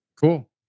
cool